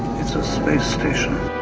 it's a space station